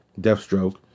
Deathstroke